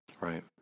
Right